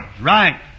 Right